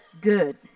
Good